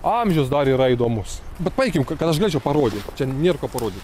amžius dar yra įdomus bet paeikim kad aš galėčiau parodyt čia nėr ko parodyt